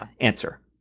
answer